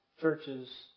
churches